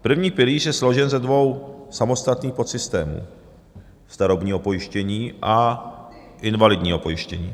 První pilíř je složen ze dvou samostatných podsystémů starobního pojištění a invalidního pojištění.